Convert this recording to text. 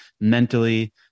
mentally